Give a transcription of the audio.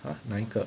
!huh! 那一个